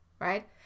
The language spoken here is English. right